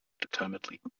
Determinedly